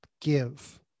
give